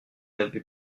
n’avais